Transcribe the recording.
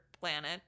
planet